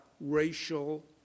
racial